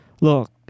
look